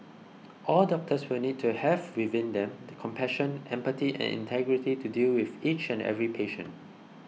all doctors will need to have within them the compassion empathy and integrity to deal with each and every patient